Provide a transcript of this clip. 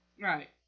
right